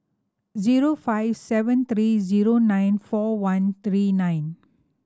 zero five seven three zero nine four one three nine